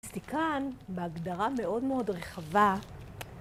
מיסטיקן, בהגדרה מאוד מאוד רחבה